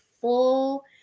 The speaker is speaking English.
full